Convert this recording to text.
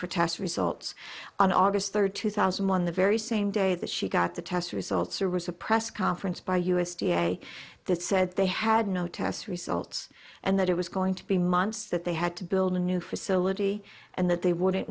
for test results on august third two thousand and one the very same day that she got the test results or was a press conference by u s d a that said they had no test results and that it was going to be months that they had to build a new facility and that they wouldn't